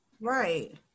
right